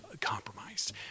compromised